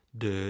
de